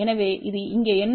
எனவே இது இங்கே என்ன